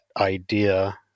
idea